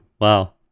Wow